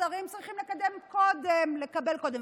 השרים צריכים לקבל קודם.